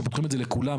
שפותחים את זה לכולם,